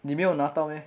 你没有拿到 meh